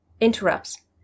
interrupts